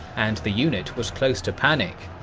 and the unit was close to panic.